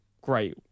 great